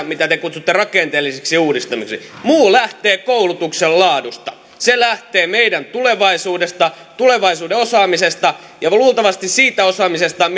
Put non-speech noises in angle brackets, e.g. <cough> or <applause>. <unintelligible> mitä te kutsutte rakenteelliseksi uudistamiseksi muu lähtee koulutuksen laadusta se lähtee meidän tulevaisuudesta tulevaisuuden osaamisesta ja luultavasti siitä osaamisesta <unintelligible>